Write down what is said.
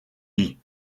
lee